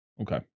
Okay